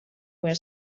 where